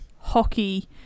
hockey